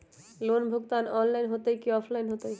Loan भुगतान online होतई कि ऑफलाइन होतई?